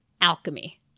Alchemy